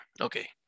okay